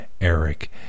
Eric